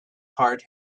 heart